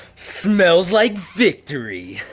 smells like victory.